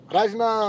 Rajna